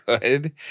good